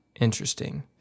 interesting